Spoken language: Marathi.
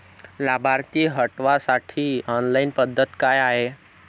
लाभार्थी हटवासाठी ऑनलाईन पद्धत हाय का?